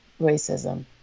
racism